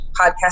podcast